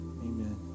Amen